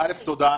תודה.